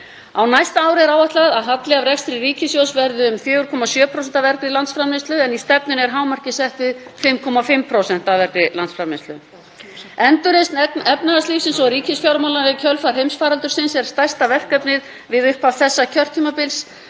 Á næsta ári er áætlað að halli af rekstri ríkissjóðs verði um 4,7% af vergri landsframleiðslu en í stefnunni er hámarkið sett við 5,5% af vergri landsframleiðslu. Endurreisn efnahagslífsins og ríkisfjármálanna í kjölfar heimsfaraldursins er stærsta verkefnið við upphaf þessa kjörtímabils